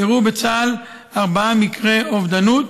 אירעו בצה"ל ארבעה מקרי התאבדות.